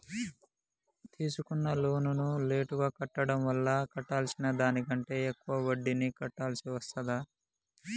తీసుకున్న లోనును లేటుగా కట్టడం వల్ల కట్టాల్సిన దానికంటే ఎక్కువ వడ్డీని కట్టాల్సి వస్తదా?